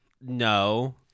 no